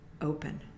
open